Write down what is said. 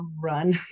run